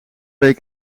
week